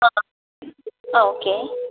ആ ഓക്കെ